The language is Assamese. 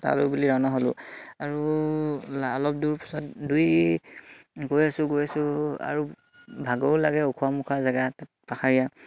তালৈ বুলি ৰাওনা হ'লোঁ আৰু অলপ দূৰ পিছত দুই গৈ আছোঁ গৈ আছোঁ আৰু ভাগৰো লাগে ওখোৰা মোখোৰা জেগা তাত পাহাৰীয়া